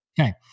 Okay